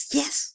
yes